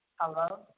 Hello